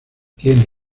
tiene